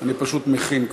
אני פשוט מכין כבר.